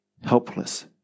helpless